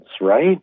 right